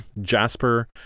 Jasper